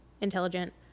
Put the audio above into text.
intelligent